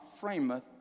frameth